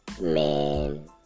Man